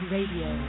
Radio